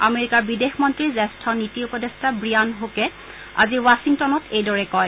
আমেৰিকাৰ বিদেশ মন্ত্ৰীৰ জ্যেষ্ঠ নীতি উপদেষ্টা ব্ৰিয়ান হুকে আজি বাচিংটনত এইদৰে কয়